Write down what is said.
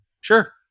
Sure